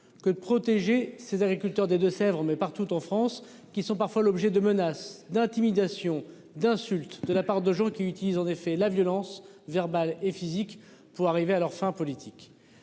que de protéger ses agriculteurs des Deux-Sèvres, mais partout en France qui sont parfois l'objet de menaces d'intimidation d'insultes de la part de gens qui utilisent en effet la violence verbale et physique pour arriver à leurs fins politiques.